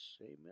Amen